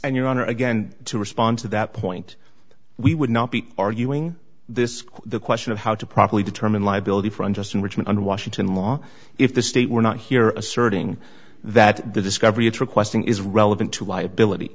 and your honor again to respond to that point we would not be arguing this the question of how to properly determine liability for unjust enrichment under washington law if the state were not here asserting that the discovery is requesting is relevant to liability